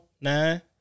Nine